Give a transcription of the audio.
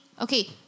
Okay